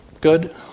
good